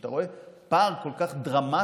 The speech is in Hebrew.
כשאתה רואה פער כל כך דרמטי